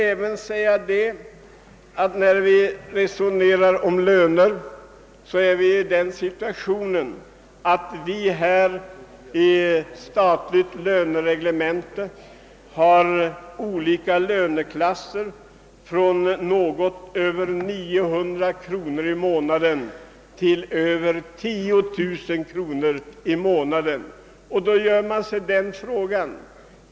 På tal om löner vill jag erinra om att vi här i landet har ett statligt lönereglemente där lönerna i olika lönegrader varierar från något över 900 till över 10 000 kronor per månad.